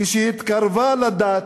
כשהתקרבה לדת